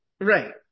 Right